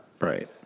Right